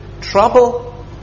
trouble